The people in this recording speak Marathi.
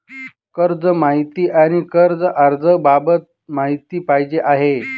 कर्ज माहिती आणि कर्ज अर्ज बाबत माहिती पाहिजे आहे